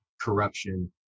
corruption